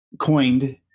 coined